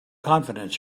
confidence